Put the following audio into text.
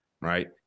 right